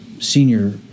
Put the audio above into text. senior